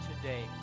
today